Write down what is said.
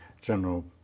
general